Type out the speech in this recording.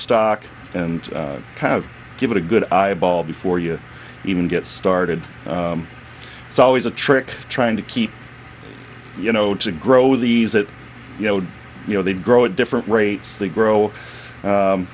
stock and have give it a good eyeball before you even get started it's always a trick trying to keep you know to grow these that you know you know they grow at different rates they grow